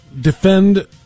defend